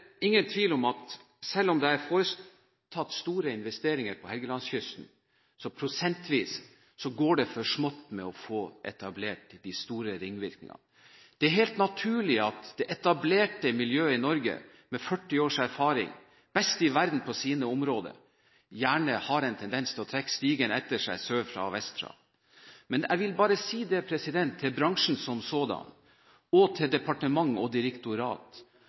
ingen tvil om at selv om det er foretatt store investeringer på Helgelandskysten, går det for smått prosentvis med å få etablert de store ringvirkningene. Det er helt naturlig at det etablerte miljøet i Norge – med 40 års erfaring og best i verden på sine områder – gjerne har en tendens til å trekke stigen opp etter seg sørfra og vestfra. Men jeg vil bare si det til bransjen, til departement og direktorat: